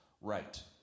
right